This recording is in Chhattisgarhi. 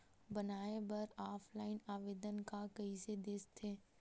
बनाये बर ऑफलाइन आवेदन का कइसे दे थे?